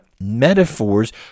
metaphors